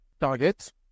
target